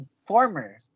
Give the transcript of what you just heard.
former